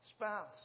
spouse